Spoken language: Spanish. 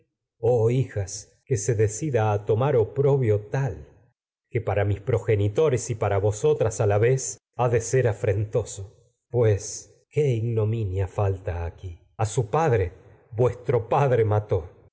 quién oh se decida a tomar oprobio tal que para mis progeni tores y para vosotras a la vez ha de ser afrentoso pues qué ignominia falta aqui a su padre vuestro padre